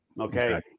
Okay